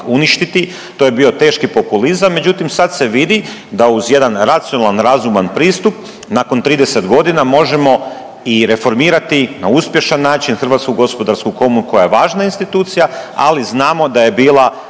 uništiti, to je bio teški populizam. Međutim, sad se vidi da uz jedan racionalan, razuman pristup nakon 30 godina možemo i reformirati na uspješan način HGK koja je važna institucija, ali znamo da je bila